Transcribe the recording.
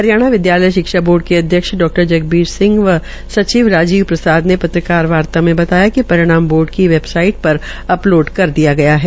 हरियाणा शिक्ष बोर्ड के अध्यक्ष डा जगबीर सिंह व सचिव राजीव प्रसार ने पत्रकार वार्ता में बताया कि परिणाम बोर्ड की वेबसाइट पर अपलोड कर दिया गया है